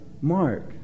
Mark